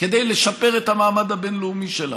כדי לשפר את המעמד הבין-לאומי שלנו,